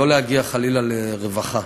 לא להגיע חלילה לרווחה.